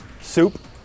Soup